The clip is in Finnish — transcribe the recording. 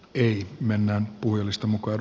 ei mennä puiston mukaan